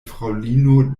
fraŭlino